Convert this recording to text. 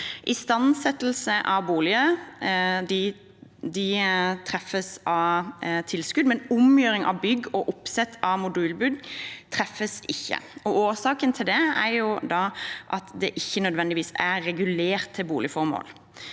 Istandsettelse av boliger treffes av tilskudd, men omgjøring av bygg og oppsett av modulbygg treffes ikke. Årsaken til det er at de ikke nødvendigvis er regulert til boligformål.